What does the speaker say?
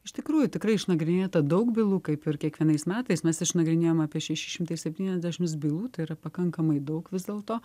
iš tikrųjų tikrai išnagrinėta daug bylų kaip ir kiekvienais metais mes išnagrinėjam apie šeši šimtai septyniasdešims bylų tai yra pakankamai daug vis dėlto